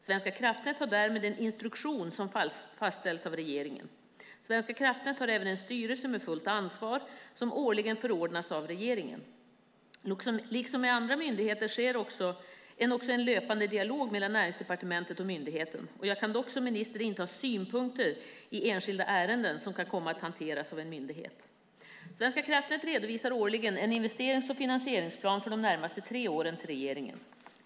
Svenska kraftnät har därmed en instruktion som fastställs av regeringen. Svenska kraftnät har även en styrelse med fullt ansvar som årligen förordnas av regeringen. Liksom med andra myndigheter sker också en löpande dialog mellan Näringsdepartementet och myndigheten. Jag kan dock som minister inte ha synpunkter i enskilda ärenden som kan komma att hanteras av en myndighet. Svenska kraftnät redovisar årligen en investerings och finansieringsplan för de närmaste tre åren till regeringen.